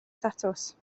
thatws